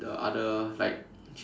the other like